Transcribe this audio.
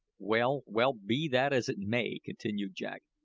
well, well, be that as it may, continued jack,